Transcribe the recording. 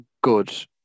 good